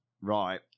Right